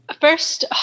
First